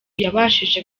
yabashije